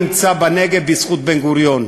כבוד השרה, אני נמצא בנגב בזכות בן-גוריון,